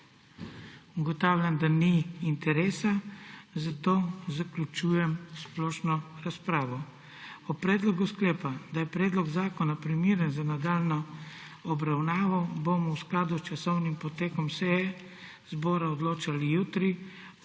Ugotavljam, da ni interesa, zato zaključujem splošno razpravo. O predlogu sklepa, da je predlog zakona primeren za nadaljnjo obravnavo, bomo v skladu s časovnim potekom seje zbora odločali jutri,